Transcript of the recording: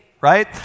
right